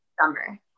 summer